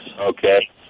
okay